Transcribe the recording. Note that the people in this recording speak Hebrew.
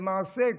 למעשה,